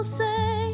say